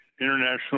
international